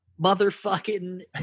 motherfucking